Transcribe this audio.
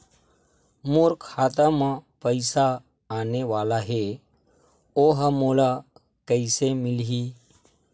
मोर खाता म पईसा आने वाला हे ओहा मोला कइसे मिलही?